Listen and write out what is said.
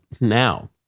now